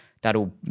that'll